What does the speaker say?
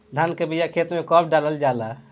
धान के बिया खेत में कब डालल जाला?